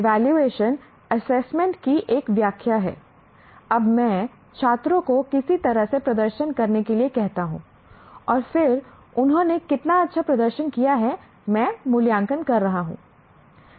evaluation assessment की एक व्याख्या है अब मैं छात्रों को किसी तरह से प्रदर्शन करने के लिए कहता हूं और फिर उन्होंने कितना अच्छा प्रदर्शन किया है मैं मूल्यांकन कर रहा हूं